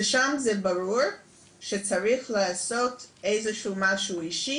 ששם זה ברור שצריך לעשות איזשהו משהו אישי,